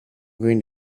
going